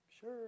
sure